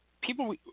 people –